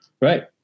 Right